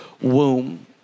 womb